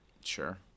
Sure